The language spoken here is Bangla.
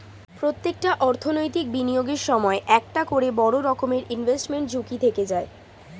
প্রত্যেকটা অর্থনৈতিক বিনিয়োগের সময় একটা করে বড় রকমের ইনভেস্টমেন্ট ঝুঁকি থেকে যায়